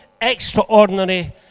extraordinary